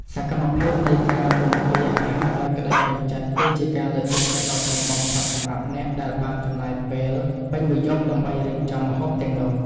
សកម្មភាពនៃការទំពារអាហារដោយក្តីពេញចិត្ត គឺជាការលើកទឹកចិត្តដ៏ធំបំផុតសម្រាប់អ្នកដែលបានចំណាយពេលពេញមួយយប់ដើម្បីរៀបចំម្ហូបទាំងនោះ។